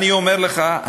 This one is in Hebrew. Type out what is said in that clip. אני אומר לך,